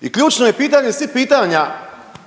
I ključno je pitanje svih pitanja